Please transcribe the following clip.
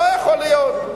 לא יכול להיות.